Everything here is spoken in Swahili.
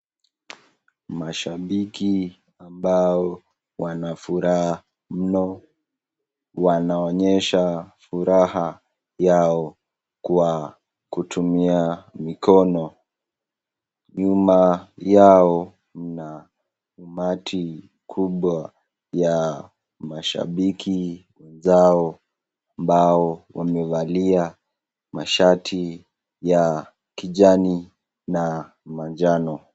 Mashabiki ambao wana furaha mno wanaonyesha furaha yao kwa kutumia mikono. Nyuma yao mna umati kubwa ya mashabiki wenzao ambao wamevaa mashati ya kijani na manjano.